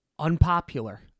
Unpopular